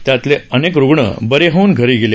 त्यातले अनेक रुग्ण बरे होऊन घरी गेले